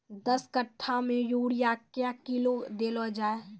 दस कट्ठा मे यूरिया क्या किलो देलो जाय?